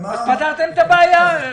פתרתם את הבעיה.